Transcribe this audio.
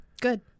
Good